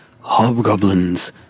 Hobgoblins